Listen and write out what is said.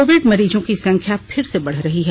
Covid मरीजों की संख्या फिर से बढ़ रही है